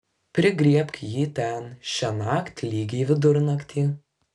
prigriebk jį ten šiąnakt lygiai vidurnaktį